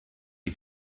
you